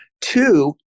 Two